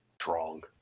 Strong